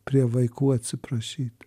prie vaikų atsiprašyt